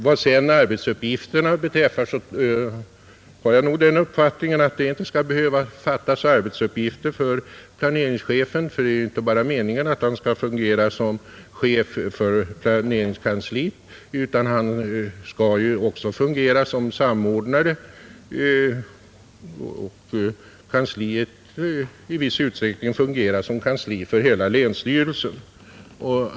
Vad sedan arbetsuppgifterna beträffar har jag den uppfattningen att det inte skall behöva fattas arbetsuppgifter för planeringschefen, för det är ju inte meningen att han bara skall fungera som chef för planeringskansliet, utan han skall också fungera som samordnare och kansliet skall i viss utsträckning fungera som kansli för hela länsstyrelsen.